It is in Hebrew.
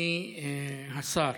אדוני השר,